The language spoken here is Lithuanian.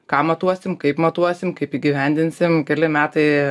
ką matuosim kaip matuosim kaip įgyvendinsim keli metai